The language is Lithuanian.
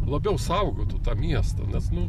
labiau saugotų tą miestą nes nu